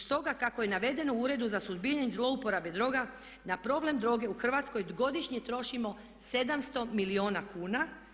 Stoga, kako je navedeno u Uredu za suzbijanje zlouporabe droga na problem droge u Hrvatskoj godišnje trošimo 700 milijuna kuna.